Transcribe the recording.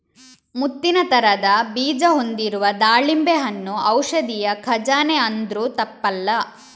ಮುತ್ತಿನ ತರದ ಬೀಜ ಹೊಂದಿರುವ ದಾಳಿಂಬೆ ಹಣ್ಣು ಔಷಧಿಯ ಖಜಾನೆ ಅಂದ್ರೂ ತಪ್ಪಲ್ಲ